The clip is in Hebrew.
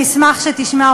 אני אשמח שתשמע,